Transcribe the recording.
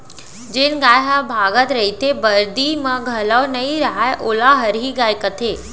जेन गाय हर भागत रइथे, बरदी म घलौ नइ रहय वोला हरही गाय कथें